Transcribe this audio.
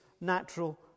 natural